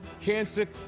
Cancer